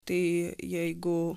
tai jeigu